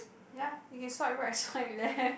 ya you can swipe right I swipe left